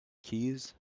keys